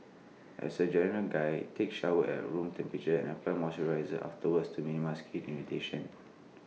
as A general guide take showers at room temperature and apply moisturiser afterwards to minimise skin irritation